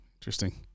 Interesting